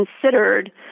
considered